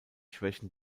schwächen